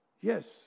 Yes